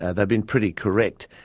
ah they've been pretty correct.